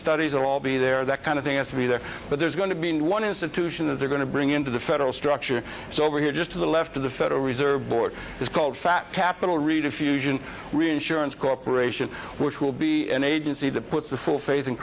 studies are all be there that kind of thing has to be there but there's going to be in one institution that they're going to bring into the federal structure so over here just to the left of the federal reserve board it's called fat capital rediffusion reinsurance corporation which will be an agency that puts the full